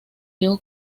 diego